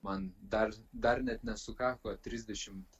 man dar dar net nesukako trisdešim